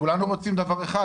כולנו רוצים דבר אחד,